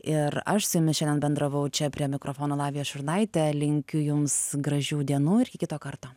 ir aš su jumis šiandien bendravau čia prie mikrofono lavija šurnaitė linkiu jums gražių dienų ir iki kito karto